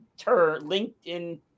LinkedIn